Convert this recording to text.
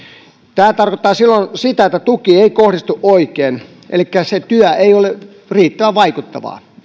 tämä tarkoittaa silloin sitä että tuki ei kohdistu oikein elikkä se työ ei ole riittävän vaikuttavaa